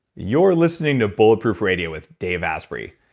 you're listening to bulletproof radio with dave asprey.